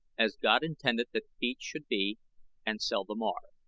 as god intended that feet should be and seldom are.